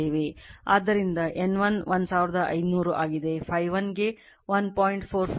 ಆದ್ದರಿಂದ N 1 500 ಆಗಿದೆ Φ 1 ಗೆ 1